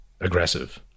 aggressive